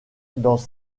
dans